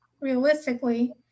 realistically